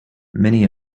many